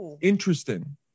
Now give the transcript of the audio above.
interesting